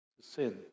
sin